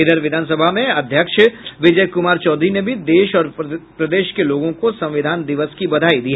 इधर विधान सभा में अध्यक्ष विजय कुमार चौधरी ने भी देश और प्रदेश के लोगों को संविधान दिवस की बधाई दी